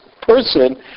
person